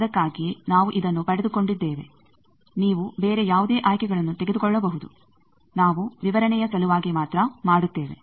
ಆದಕ್ಕಾಗಿಯೇ ನಾವು ಇದನ್ನು ಪಡೆದುಕೊಂಡಿದ್ದೇವೆ ನೀವು ಬೇರೆ ಯಾವುದೇ ಆಯ್ಕೆಗಳನ್ನು ತೆಗೆದುಕೊಳ್ಳಬಹುದು ನಾವು ವಿವರಣೆಯ ಸಲುವಾಗಿ ಮಾತ್ರ ಮಾಡುತ್ತೇವೆ